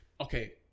Okay